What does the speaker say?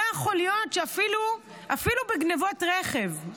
לא יכול להיות שאפילו בגנבות רכב,